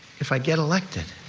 if i get elected,